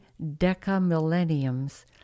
decamillenniums